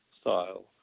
style